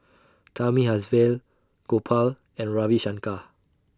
Thamizhavel Gopal and Ravi Shankar